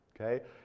okay